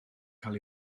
cael